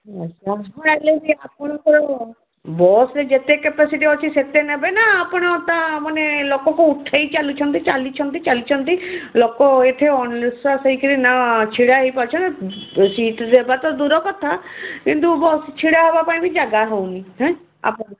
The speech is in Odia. ଆଚ୍ଛା ଆପଣଙ୍କ ବସ୍ରେ ଯେତେ କେପାସିଟି ଅଛି ସେତେ ନେବେ ନା ଆପଣ ତା ମାନେ ଲୋକକୁ ଉଠେଇ ଚାଲୁଛନ୍ତି ଚାଲିଛନ୍ତି ଚାଲିଛନ୍ତି ଲୋକ ଏଠେ ଅଣନିଶ୍ୱାସ ହେଇକିରି ନା ଛିଡ଼ା ହେଇପାରୁଛ ସିଟ୍ ଦେବା ତ ଦୂର କଥା କିନ୍ତୁ ବସ୍ ଛିଡ଼ା ହେବା ପାଇଁ ବି ଜାଗା ହଉନି ହେଁ ଆପଣ